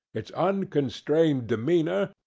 its unconstrained demeanour,